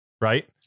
right